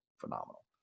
phenomenal